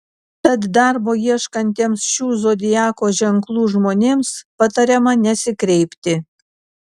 tad darbo ieškantiems šių zodiako ženklų žmonėms patariama nesikreipti